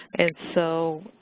and so